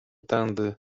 tedy